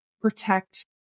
protect